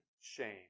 shame